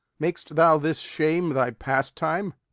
mak'st thou this shame thy pastime?